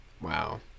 wow